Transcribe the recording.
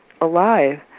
alive